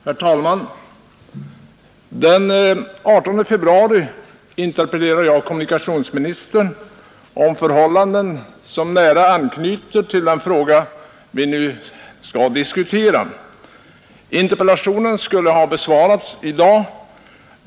Herr talman! Den 18 februari interpellerade jag kommunikationsministern om förhållanden som nära anknyter till den fråga vi nu skall diskutera. Interpellationen skulle ha besvarats i dag.